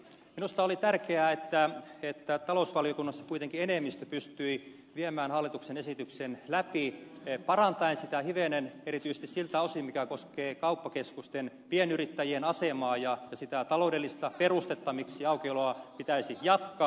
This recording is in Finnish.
minusta oli tärkeää että talousvaliokunnassa kuitenkin enemmistö pystyi viemään hallituksen esityksen läpi parantaen sitä hivenen erityisesti siltä osin mikä koskee kauppakeskusten pienyrittäjien asemaa ja sitä taloudellista perustetta miksi aukioloa pitäisi jatkaa